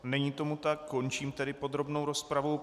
Není tomu tak, končím tedy podrobnou rozpravu.